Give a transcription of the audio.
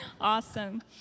Awesome